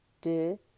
de